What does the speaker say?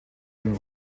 den